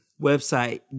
website